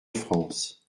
france